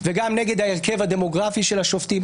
וגם נגד ההרכב הדמוגרפי של השופטים.